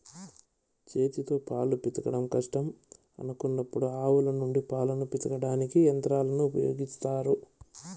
చేతితో పాలు పితకడం కష్టం అనుకున్నప్పుడు ఆవుల నుండి పాలను పితకడానికి యంత్రాలను ఉపయోగిత్తారు